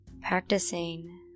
Practicing